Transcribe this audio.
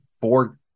four